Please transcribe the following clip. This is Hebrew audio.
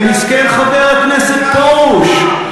ומסכן חבר הכנסת פרוש,